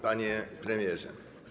Panie Premierze!